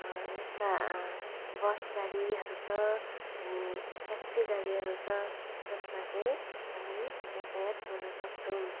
यस्ता बस गाडीहरू छ अनि ट्याक्सी गाडीहरू छ जसमा चाहिँ हामी यातायात गर्न सक्छौँ